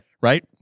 Right